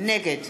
נגד